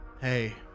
Hey